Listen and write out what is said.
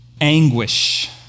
anguish